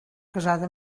casada